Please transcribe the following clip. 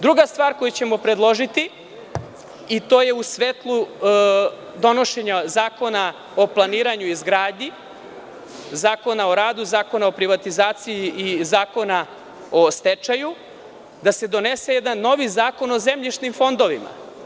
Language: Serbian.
Druga stvar koju ćemo predložiti i to je u svetlu donošenja zakona o planiranju i izgradnji, zakona o radu, zakona o privatizaciji i zakona o stečaju, da se donese jedan novi zakon o zemljišnim fondovima.